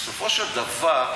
בסופו של דבר,